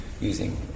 using